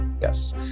Yes